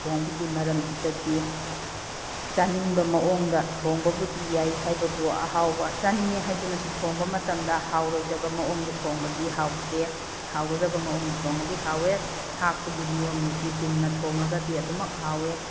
ꯊꯣꯡꯕꯒꯤ ꯃꯔꯝꯁꯤꯗꯗꯤ ꯆꯥꯅꯤꯡꯕ ꯃꯑꯣꯡꯗ ꯊꯣꯡꯕꯕꯨꯗꯤ ꯌꯥꯏ ꯍꯥꯏꯕꯕꯨ ꯑꯍꯥꯎꯕ ꯆꯥꯅꯤꯡꯉꯦ ꯍꯥꯏꯗꯨꯅꯁꯨ ꯊꯣꯡꯕ ꯃꯇꯝꯗ ꯍꯥꯎꯔꯣꯏꯗꯕ ꯃꯑꯣꯡꯗ ꯊꯣꯡꯕꯗꯤ ꯍꯥꯎꯇꯦ ꯍꯥꯎꯒꯗꯕ ꯃꯑꯣꯡꯗ ꯊꯣꯡꯉꯒꯗꯤ ꯍꯥꯎꯋꯦ ꯊꯥꯛꯄꯒꯤ ꯅꯤꯌꯣꯝ ꯅꯤꯇꯤ ꯆꯨꯝꯅ ꯊꯣꯡꯉꯒꯗꯤ ꯑꯗꯨꯃꯛ ꯍꯥꯎꯋꯦ